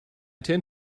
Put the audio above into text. tend